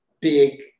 big